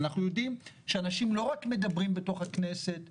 אנחנו יודעים שאנשים לא רק מדברים בכנסת ובפרסה,